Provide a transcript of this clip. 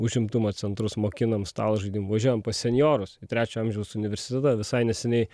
užimtumo centrus mokinam stalo žaidimų važiuojam pas senjorus į trečio amžiaus universitetą visai neseniai